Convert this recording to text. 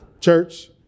church